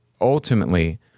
ultimately